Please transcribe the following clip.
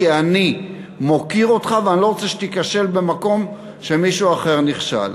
כי אני מוקיר אותך ואני לא רוצה שתיכשל במקום שמישהו אחר נכשל.